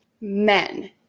Men